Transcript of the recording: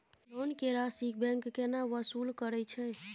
Loan के राशि bank केना वसूल करे छै?